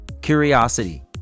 curiosity